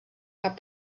cap